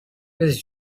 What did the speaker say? his